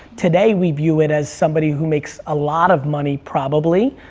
today, we view it as somebody who makes a lot of money, probably,